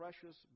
precious